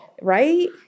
Right